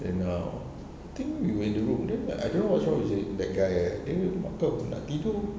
then ah think we were int the room then I don't know what's wrong with that guy makan pun nak tidur